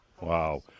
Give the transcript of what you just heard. Wow